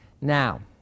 Now